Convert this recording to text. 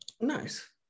nice